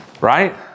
Right